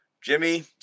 Jimmy